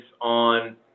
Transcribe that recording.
on